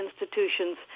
institutions